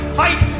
fight